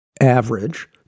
average